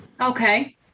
Okay